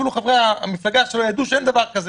אפילו המפלגה שלו ידעו שאין דבר כזה.